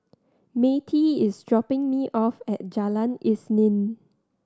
Matie is dropping me off at Jalan Isnin